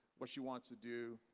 what she wants to do.